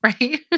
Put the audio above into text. right